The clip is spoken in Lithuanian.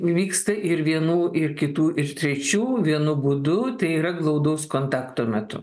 vyksta ir vienų ir kitų ir trečių vienu būdu tai yra glaudaus kontakto metu